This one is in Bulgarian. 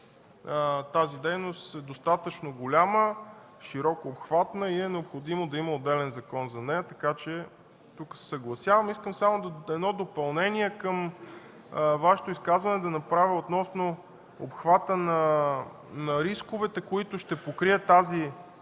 тази дейност е достатъчно голяма, широкообхватна и е необходимо да има отделен закон за нея – тук се съгласяваме. Искам само да направя едно допълнение към Вашето изказване относно обхвата на рисковете, които ще покрият тази